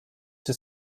czy